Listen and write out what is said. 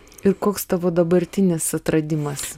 ir koks tavo dabartinis atradimas